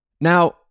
Now